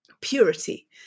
purity